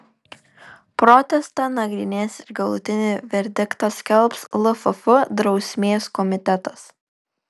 protestą nagrinės ir galutinį verdiktą skelbs lff drausmės komitetas